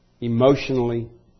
emotionally